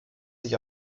sich